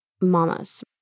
mamas